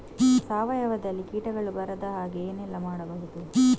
ಸಾವಯವದಲ್ಲಿ ಕೀಟಗಳು ಬರದ ಹಾಗೆ ಏನೆಲ್ಲ ಮಾಡಬಹುದು?